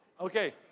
Okay